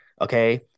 Okay